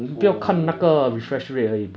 holy